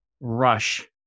rush